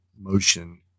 motion